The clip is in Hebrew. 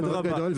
מפתח מאוד גדול,